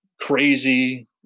crazy